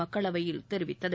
மக்களவையில் தெரிவித்தது